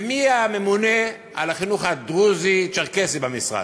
ומי הממונה על החינוך הדרוזי צ'רקסי במשרד?